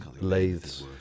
lathes